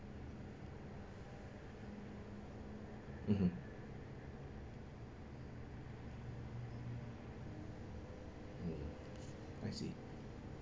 mmhmm mm I see